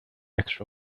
extra